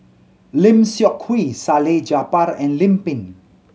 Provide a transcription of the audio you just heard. Lim Seok Hui Salleh Japar and Lim Pin